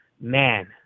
man